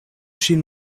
ŝin